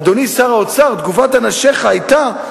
אדוני שר האוצר, תגובת אנשיך היתה: